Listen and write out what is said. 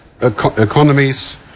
economies